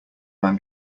man